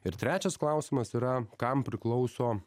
ir trečias klausimas yra kam priklauso